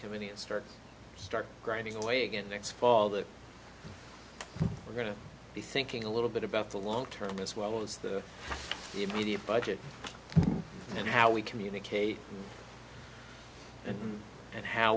committee and start start grinding away again next fall that we're going to be thinking a little bit about the long term as well as the immediate budget and how we communicate and